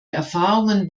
erfahrungen